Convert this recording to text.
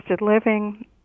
living